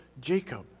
Jacob